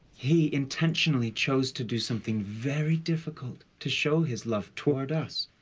he intentionally chose to do something very difficult to show his love toward us.